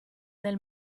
nel